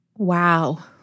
Wow